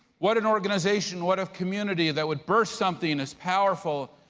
what an organization, what a community that would burst something this powerful.